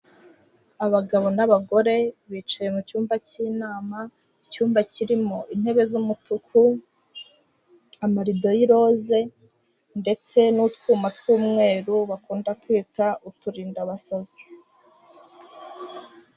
Abagabo n'abagore bicaye mucyumba cy'inama, icyumba kirimo intebe z'umutuku, amarido y'irose ndetse n'utwuma tw'umweru bakunda kwita uturindada basazi.